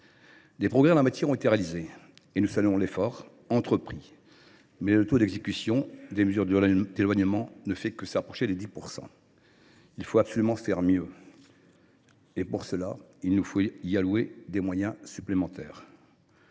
Des progrès ont été réalisés en la matière, et nous saluons l’effort entrepris. Mais le taux d’exécution des mesures d’éloignement ne fait qu’approcher 10 %. Il faut absolument faire mieux. Pour cela, il faut y allouer des moyens supplémentaires.